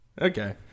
Okay